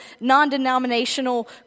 non-denominational